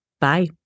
Bye